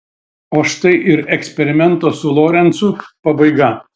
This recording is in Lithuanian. o štai ir eksperimento su lorencu pabaiga